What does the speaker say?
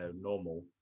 normal